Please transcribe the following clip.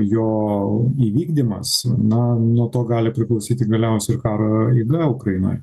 jo įvykdymas na nuo to gali priklausyti galiausiai ir karo eiga ukrainoj